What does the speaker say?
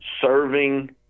serving